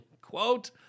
Quote